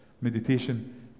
meditation